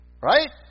Right